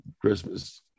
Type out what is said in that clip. Christmas